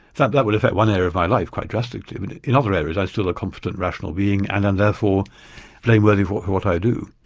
that that would affect one area of my life quite drastically but in other areas i'm still a competent, rational being and am therefore blameworthy for what i do.